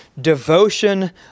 devotion